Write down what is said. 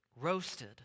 roasted